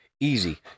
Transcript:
easy